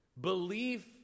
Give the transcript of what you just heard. belief